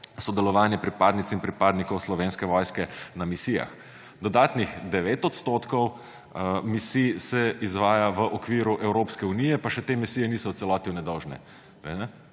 sodelovanje pripadnic in pripadnikov Slovenske vojske na misijah. Dodatnih 9 % misij se izvaja v okviru Evropske unije, pa še te misije niso v celoti nedolžne.